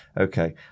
Okay